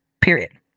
period